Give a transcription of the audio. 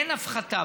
אין הפחתה.